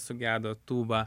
sugedo tūba